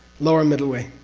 lower middle way,